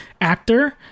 actor